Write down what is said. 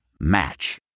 Match